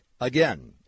Again